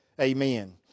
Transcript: Amen